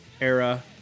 era